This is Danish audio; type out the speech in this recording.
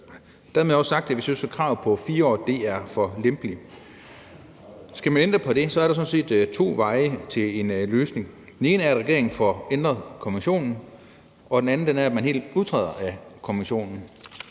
er det også sagt, at vi synes, at kravet om 4 år er for lempeligt. Skal man ændre på det, er der to veje til en løsning. Den ene er, at regeringen får ændret konventionen, og den anden er, at man helt udtræder af konventionen.